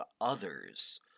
others